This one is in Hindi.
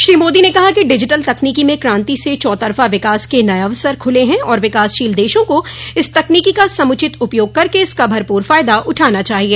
श्री मोदी ने कहा कि डिजिटल तकनीकी में क्रांति से चौतरफा विकास के नये अवसर खुले हैं और विकासशील देशों को इस तकनीकी का समुचित उपयोग करके इसका भरपूर फायदा उठाना चाहिए